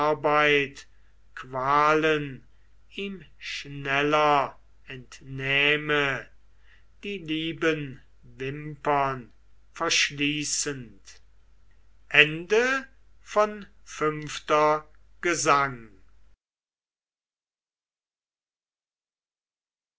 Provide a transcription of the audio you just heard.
qualen ihm schneller entnähme die lieben wimpern verschließend vi gesang